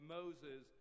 Moses